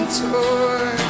toy